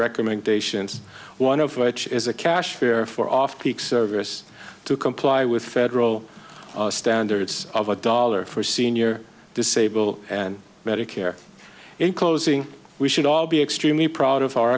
recommendations one of which is a cashier for off peak service to comply with federal standards of a dollar for senior disable and medicare in closing we should all be extremely proud of our